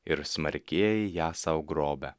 ir smarkieji ją sau grobia